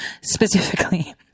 Specifically